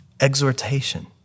exhortation